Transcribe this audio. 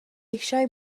eisiau